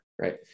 Right